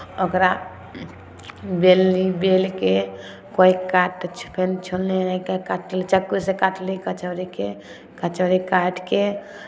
ओकरा बेलली बेलि कऽ कोइ काट फेर छोलनी लए कऽ काटल चक्कूसँ काटली कचौड़ीके कचौड़ी काटि कऽ